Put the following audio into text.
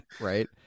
right